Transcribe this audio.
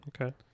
okay